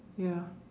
ya